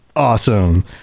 Awesome